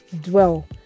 dwell